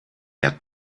had